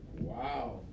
wow